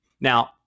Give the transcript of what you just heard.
Now